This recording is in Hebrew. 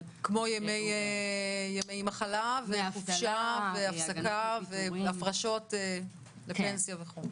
--- כמו ימי מחלה וחופשה והפסקה והפרשות לפנסיה וכולי.